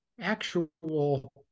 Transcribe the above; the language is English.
actual